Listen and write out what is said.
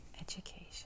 Education